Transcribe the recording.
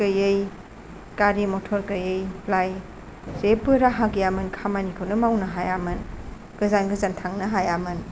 गैयै गारि मथर गोयैलाय जेबो राहा गैयामोन खामानिखौनो मावनो हायामोन गोजान गोजान थांनो हायामोन